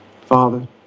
Father